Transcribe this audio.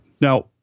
now